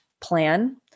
plan